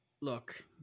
look